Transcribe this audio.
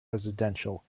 residential